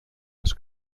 les